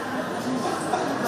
תקלות.